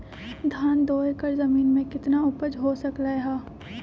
धान दो एकर जमीन में कितना उपज हो सकलेय ह?